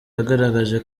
yagaragaje